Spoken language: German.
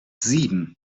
sieben